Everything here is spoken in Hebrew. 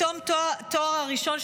בתום התואר הראשון,